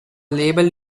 label